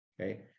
okay